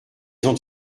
ont